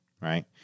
right